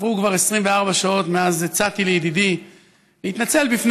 עברו כבר 24 שעות מאז הצעתי לידידי להתנצל בפני